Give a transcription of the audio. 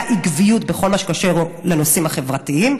עקביות בכל מה שקשור לנושאים החברתיים.